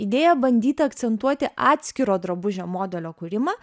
idėją bandyta akcentuoti atskiro drabužio modelio kūrimą